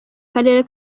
karere